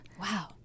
Wow